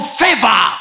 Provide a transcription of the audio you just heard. favor